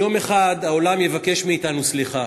יום אחד העולם יבקש מאתנו סליחה.